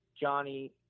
Johnny